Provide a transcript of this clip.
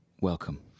welcome